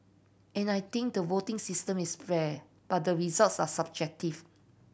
and I think the voting system is fair but the results are subjective